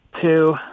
two